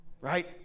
Right